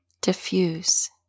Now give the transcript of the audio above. diffuse